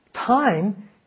Time